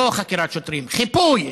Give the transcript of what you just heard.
לא חקירת שוטרים, חיפוי,